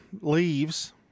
leaves